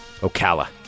Ocala